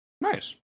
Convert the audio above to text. nice